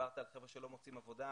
דיברת על חבר'ה שלא מוצאים עבודה,